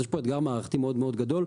יש פה אתגר מערכתי מאוד-מאוד גדול,